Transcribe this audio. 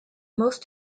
most